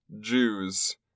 Jews